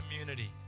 community